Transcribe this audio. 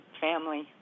family